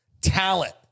talent